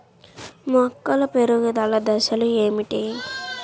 మొక్కల పెరుగుదల దశలు ఏమిటి?